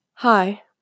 Hi